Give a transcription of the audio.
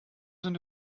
sind